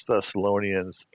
Thessalonians